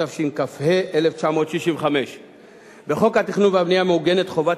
התשכ"ה 1965. בחוק התכנון והבנייה מעוגנת חובת